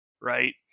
right